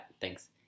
thanks